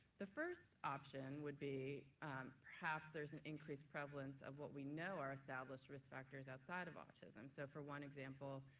the first option would be perhaps there's an increased prevalence of what we know are established risk factors outside of autism, so for one example,